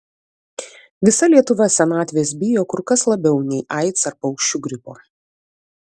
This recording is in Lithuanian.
visa lietuva senatvės bijo kur kas labiau nei aids ar paukščių gripo